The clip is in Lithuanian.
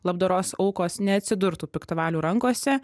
labdaros aukos neatsidurtų piktavalių rankose